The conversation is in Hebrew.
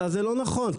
זה לא נכון,